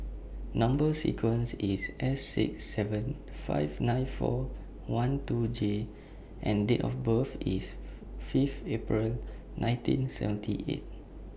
Number sequence IS S six seven five nine four one two J and Date of birth IS Fifth April nineteen seventy eight